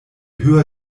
höher